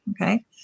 okay